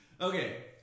okay